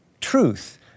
truth